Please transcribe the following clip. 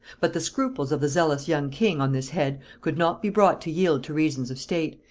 but the scruples of the zealous young king on this head could not be brought to yield to reasons of state,